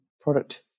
product